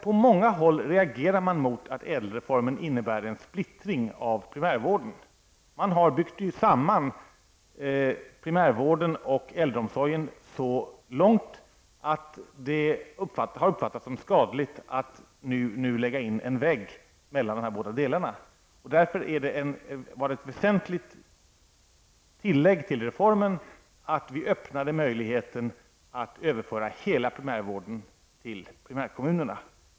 På många håll reagerar man nämligen emot att ÄDEL-reformen medför en splittring av primärvården. Man har byggt samman primärvården och äldreomsorgen så långt att det uppfattas som skadligt att nu lägga in en vägg mellan dessa båda delar. Det var därför ett väsentligt tillägg till reformen att vi öppnade möjligheten att överföra hela primärvården till primärkommunerna.